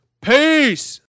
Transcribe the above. Peace